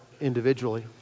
individually